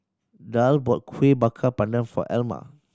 Daryle bought Kueh Bakar Pandan for Alma